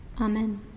Amen